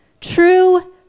True